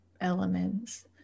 elements